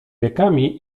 wiekami